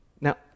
Now